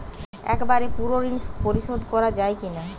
একবারে পুরো ঋণ পরিশোধ করা যায় কি না?